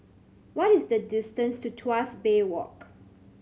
what is the distance to Tuas Bay Walk